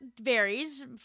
varies